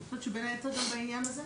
אני חושבת שבין היתר גם בעניין הזה.